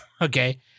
Okay